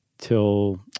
till